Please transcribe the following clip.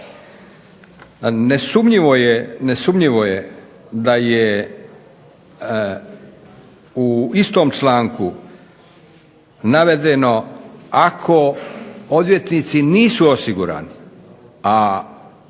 Nesumnjivo je da je u istom članku navedeno, ako odvjetnici nisu osigurani, a oni